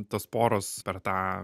tos poros per tą